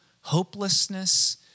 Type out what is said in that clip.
hopelessness